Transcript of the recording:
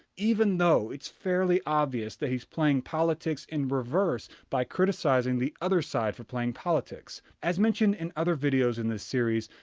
even though it's fairly obvious that he's playing politics in reverse by criticizing the other side for playing politics. as mentioned in other videos in this series,